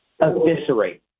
eviscerate